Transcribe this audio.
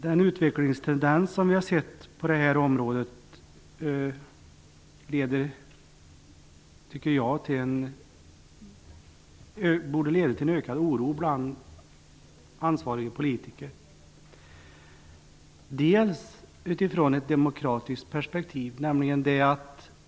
Den utvecklingstendens som vi har sett på det här området borde, tycker jag, leda till en ökad oro bland ansvariga politiker.